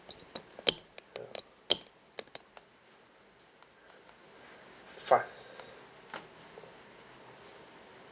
ya fast